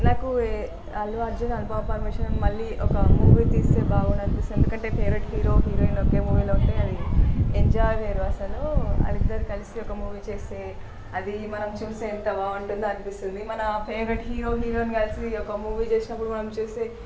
నాకు అల్లు అర్జున్ అనుపమ పరమేశ్వరన్ మళ్ళీ ఒక మూవీ తీస్తే బాగుండు అనిపిస్తుంది ఎందుకంటే ఫేవరెట్ హీరో హీరోయిన్ ఒకే మూవీలో ఉంటే అది ఎంజాయ్ వేరు అసలు వాళ్ళు ఇద్దరు కలిసి ఒక మూవీ చేస్తే అది మనం చూస్తే ఎంత బాగుంటుందో అనిపిస్తుంది మన ఫేవరెట్ హీరో హీరోయిన్ కలిసి ఒక మూవీ చేసినప్పుడు మనం చూస్తే